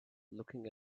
looking